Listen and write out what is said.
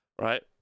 Right